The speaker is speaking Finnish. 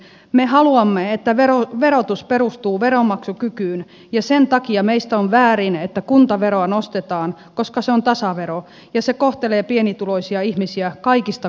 me haluamme että verotus perustuu veronmaksukykyyn ja sen takia meistä on väärin että kuntaveroa nostetaan koska se on tasavero ja se kohtelee pienituloisia ihmisiä kaikista kovimmalla kädellä